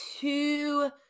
two